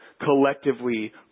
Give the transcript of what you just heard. collectively